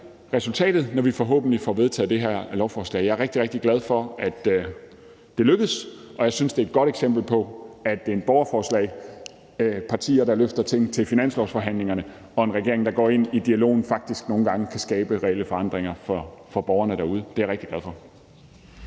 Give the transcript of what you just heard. resultatet, når vi forhåbentlig får vedtaget det her lovforslag. Jeg er rigtig, rigtig glad for, at det er lykkedes, og jeg synes, det er et godt eksempel på, at det, at der er et borgerforslag og partier, der løfter ting til finanslovsforhandlingerne, og en regering, der går ind i dialogen, faktisk nogle gange kan skabe reelle forandringer for borgerne derude. Det er jeg rigtig glad for.